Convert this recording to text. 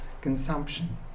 consumption